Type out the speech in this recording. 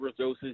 overdoses